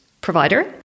provider